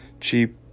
cheap